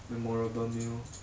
memorable meal